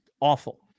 awful